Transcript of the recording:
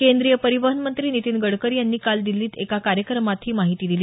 केंद्रीय परिवहन मंत्री नितीन नितीन गडकरी यांनी काल दिछीत एका कार्यक्रमात ही माहिती दिली